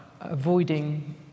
avoiding